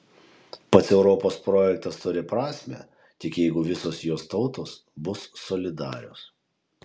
pats europos projektas turi prasmę tik jeigu visos jos tautos bus solidarios